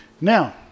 Now